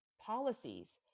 policies